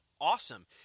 awesome